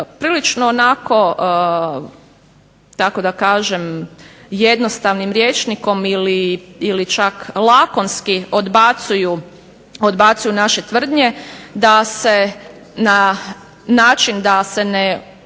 prilično onako kako da kažem jednostavnim rječnikom ili čak lakonski odbacuju naše tvrdnje da se na način da se ne